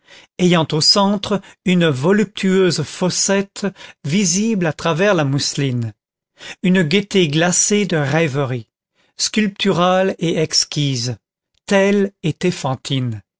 ayant au centre une voluptueuse fossette visible à travers la mousseline une gaîté glacée de rêverie sculpturale et exquise telle était fantine